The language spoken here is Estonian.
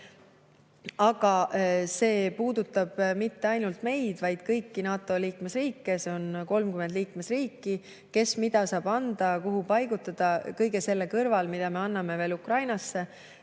Aga see ei puuduta mitte ainult meid, vaid kõiki NATO liikmesriike, keda on 30 – kes mida saab anda ja kuhu paigutada kõige selle kõrval, mida me anname Ukrainale